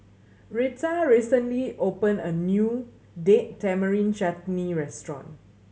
Reta recently opened a new Date Tamarind Chutney restaurant